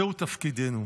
זהו תפקידנו.